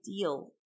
deal